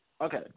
okay